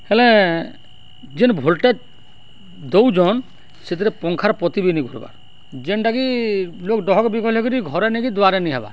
ହେଲେ ଯେନ୍ ଭୋଲ୍ଟେଜ୍ ଦଉଚନ୍ ସେଥିରେ ପଙ୍ଖାର୍ ପତିି ବିି ନି ଘୁର୍ବାର୍ ଯେନ୍ଟାକି ଲୋକ୍ ଡହକ୍ ବିକଲ୍ ହେଇକରି ଘରେ ନେଇକି ଦୁଆରେ ନି ହେବାର୍